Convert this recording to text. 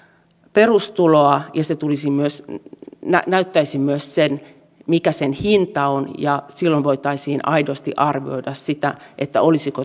perustuloa ja näyttäisi myös sen mikä sen hinta on ja silloin voitaisiin aidosti arvioida sitä olisiko